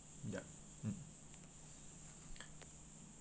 ya mm